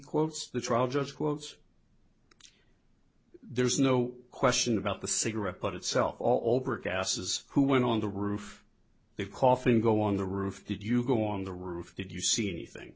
quotes the trial judge was there's no question about the cigarette but itself all over gases who went on the roof of coughing go on the roof did you go on the roof did you see anything